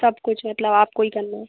सब कुछ मतलब आपको ही करना है